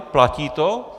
Platí to?